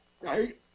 right